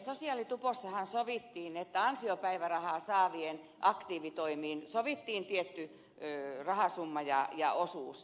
sosiaalitupossahan ansiopäivärahaa saavien aktiivitoimiin sovittiin tietty rahasumma ja osuus